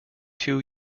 two